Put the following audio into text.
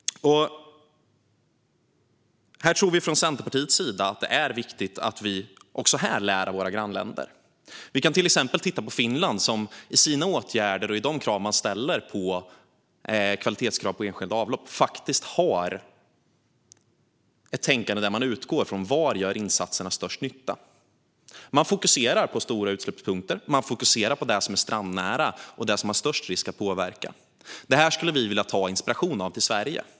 Här tror vi i Centerpartiet att det är viktigt att vi också här lär av våra grannländer. Vi kan till exempel titta på Finland, som i sina åtgärder och de kvalitetskrav som ställs på enskilda avlopp faktiskt har ett tänkande där de utgår från var insatserna gör störst nytta. De fokuserar på stora utsläppspunkter, på det som är strandnära och det som har störst risk att påverka. Detta skulle vi vilja inspireras av i Sverige.